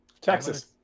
Texas